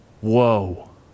Whoa